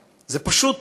זה פשוט